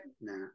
No